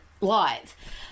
live